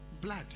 Blood